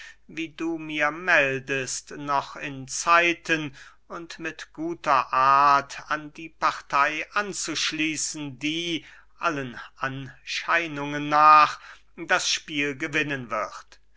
wie du mir meldest noch in zeiten und mit guter art an die partey anzuschließen die allen anscheinungen nach das spiel gewinnen wird